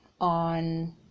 on